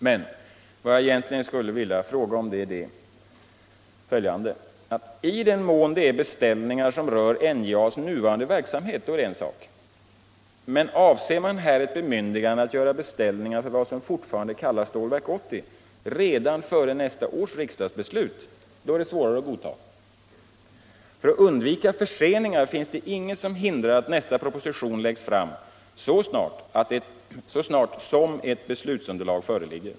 Men vad jag egentligen skulle vilja säga är följande: I den mån det är beställningar som rör NJA:s nuvarande verksamhet är det en sak. Men avser man här ett bemyndigande att göra beställningar för vad som fortfarande kallas Stålverk 80 redan före nästa års riksdagsbeslut är det svårare att godta. Det finns inget som hindrar att nästa proposition — för att man skall undvika förseningar — läggs fram så snart som ett beslutsunderlag föreligger.